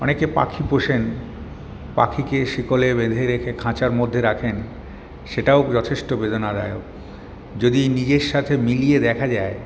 অনেকে পাখি পোষেন পাখিকে শিকলে বেঁধে রেখে খাঁচার মধ্যে রাখেন সেটাও যথেষ্ট বেদনাদায়ক যদি নিজের সাথে মিলিয়ে দেখা যায়